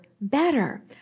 better